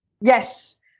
yes